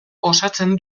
osatzen